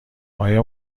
آیا